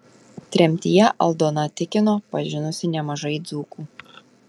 tremtyje aldona tikino pažinusi nemažai dzūkų